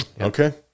Okay